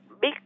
Big